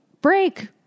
break